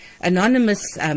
anonymous